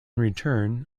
return